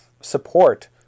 support